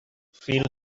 feel